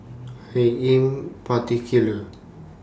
I Am particular